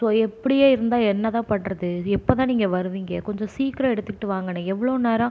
so இப்படியே இருந்தால் என்னதான் பண்றது எப்போதான் நீங்கள் வருவீங்க கொஞ்சம் சீக்கிரம் எடுத்துட்டு வாங்கண்ணே எவ்வளோ நேரம்